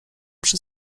przy